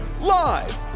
live